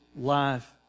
life